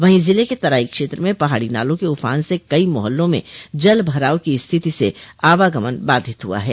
वहीं जिले के तराई क्षेत्र में पहाड़ी नालों के उफान से कई मोहल्लों में जलभराव की स्थिति से आवागमन बाधित हुआ है